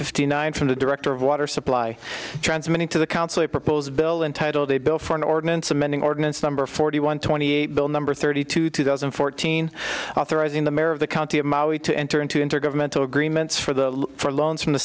fifty nine from the director of water supply transmitting to the council a proposed bill entitled a bill for an ordinance amending ordinance number forty one twenty eight bill number thirty two two thousand and fourteen authorizing the mayor of the county of maui to enter into intergovernmental agreements for the for loans from the